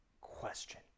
question